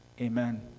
Amen